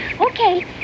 Okay